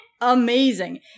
amazing